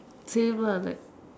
same lah like